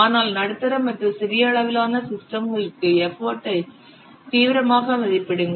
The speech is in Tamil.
ஆனால் நடுத்தர மற்றும் சிறிய அளவிலான சிஸ்டம் களுக்கு எஃபர்ட் ஐ தீவிரமாக மதிப்பிடுங்கள்